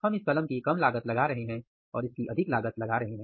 हम इस कलम की कम लागत लगा रहे हैं और इसकी अधिक लागत लगा रहे हैं